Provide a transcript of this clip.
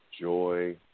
joy